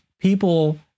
people